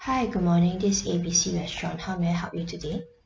hi good morning this is A B C restaurant how may I help you today